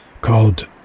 called